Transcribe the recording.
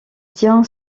tient